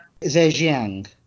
Zhejiang